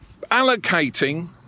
allocating